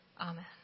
Amen